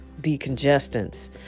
decongestants